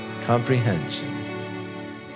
comprehension